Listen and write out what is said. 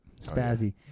Spazzy